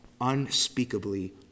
unspeakably